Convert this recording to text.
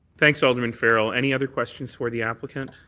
thanks, alderman farrell. any other questions for the applicant?